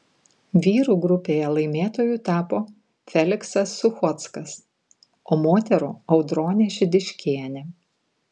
vyrų grupėje laimėtoju tapo feliksas suchockas o moterų audronė šidiškienė